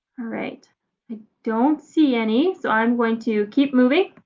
alright, i don't see any, so i'm going to keep moving.